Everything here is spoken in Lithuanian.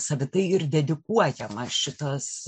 savitai ir dedikuojama šitas